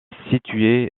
situé